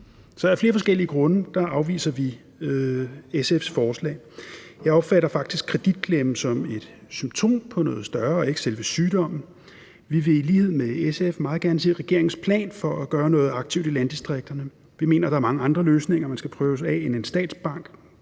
af flere forskellige grunde afviser vi SF's forslag. Jeg opfatter faktisk kreditklemmen som symptom på noget større og ikke selve sygdommen. Vi vil i lighed med SF meget gerne se regeringens plan for at gøre noget aktivt i landdistrikterne. Vi mener, at der er mange andre løsninger, man skal prøve af, end en statsbank,